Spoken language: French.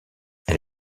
elle